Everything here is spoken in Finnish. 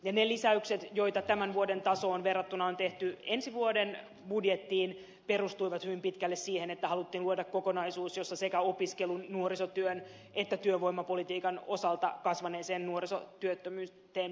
ne lisäykset joita tämän vuoden tasoon verrattuna on tehty ensi vuoden budjettiin perustuivat hyvin pitkälle siihen että haluttiin luoda kokonaisuus jossa sekä opiskelun nuorisotyön että työvoimapolitiikan osalta kasvaneeseen nuorisotyöttömyyteen pystytään vastaamaan